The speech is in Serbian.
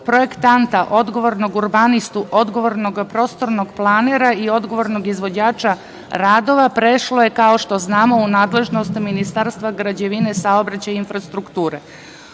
projektanta, odgovornog urbanistu, odgovornog prostornog planera i odgovornog izvođača radova, prešlo je kao što znamo u nadležnost Ministarstva građevine, saobraćaja i infrastrukture. Od